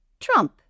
Trump